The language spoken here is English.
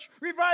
Revive